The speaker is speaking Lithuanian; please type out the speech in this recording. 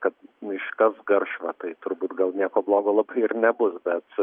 kad iškas garšvą tai turbūt gal nieko blogo labai ir nebus bet